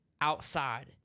outside